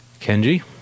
Kenji